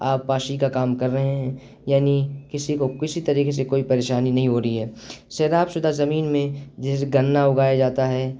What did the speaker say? آبپاشی کا کام کر رہے ہیں یعنی کسی کو کسی طریقے سے کوئی پریشانی نہیں ہو رہی ہے سیراب شدہ زمین میں جیسے گنا اگایا جاتا ہے